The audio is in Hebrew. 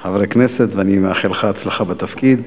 חברי כנסת, ואני מאחל לך הצלחה בתפקיד.